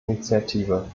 initiative